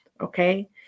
okay